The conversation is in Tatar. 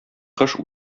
кош